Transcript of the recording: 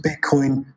Bitcoin